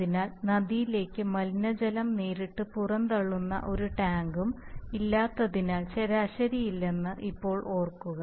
അതിനാൽ നദിയിലേക്ക് മലിനജലം നേരിട്ട് പുറന്തള്ളുന്ന ഒരു ടാങ്കും ഇല്ലാത്തതിനാൽ ശരാശരി ഇല്ലെന്ന് ഇപ്പോൾ ഓർക്കുക